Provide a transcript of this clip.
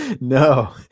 No